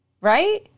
right